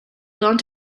gone